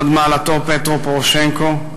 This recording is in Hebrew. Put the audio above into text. הוד מעלתו פטרו פורושנקו,